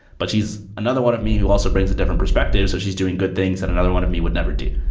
but she's another one of me who also brings a different perspective. so she's doing good things that another one of me would never do.